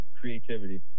creativity